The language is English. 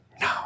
No